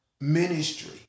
ministry